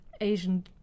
Asian